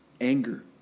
Anger